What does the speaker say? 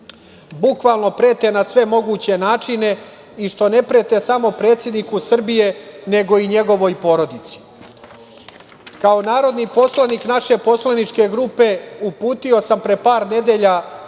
bukvalno prete na sve moguće načine i što ne prete samo predsedniku Srbije, nego i njegovoj porodici. Kao narodni poslanik naše poslaničke grupe uputio sam pre par nedelja